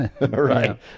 Right